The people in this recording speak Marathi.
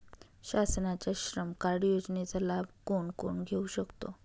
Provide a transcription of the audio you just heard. शासनाच्या श्रम कार्ड योजनेचा लाभ कोण कोण घेऊ शकतो?